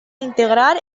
integrar